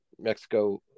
Mexico